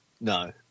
No